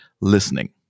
listening